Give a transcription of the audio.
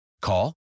Call